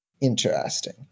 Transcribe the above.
interesting